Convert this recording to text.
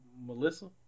Melissa